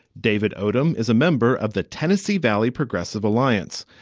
david odom is a member of the tennessee valley progressive alliance,